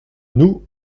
nous